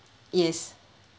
yes